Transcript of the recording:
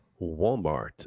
Walmart